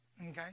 Okay